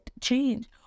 change